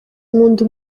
nkunda